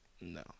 No